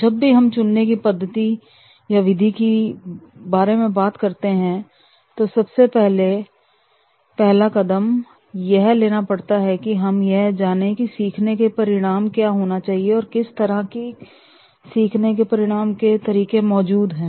जब भी हम चुनने की विधि के बारे में बात करते हैं तो सबसे पहला कदम हमें यह लेना पड़ता है की हम यह जाने कि सीखने के परिणाम क्या होने चाहिए और कितनी तरह की सीखने के परिणाम के तरीके मौजूद हैं